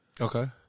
Okay